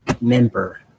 member